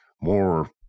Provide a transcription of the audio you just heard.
more